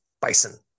Bison